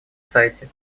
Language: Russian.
сайте